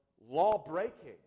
law-breaking